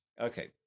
okay